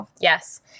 Yes